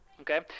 Okay